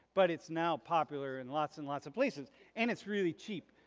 but, it's now popular in lots and lots of places and it's really cheap